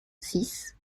six